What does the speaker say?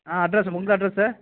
ஆ address உங்கள் address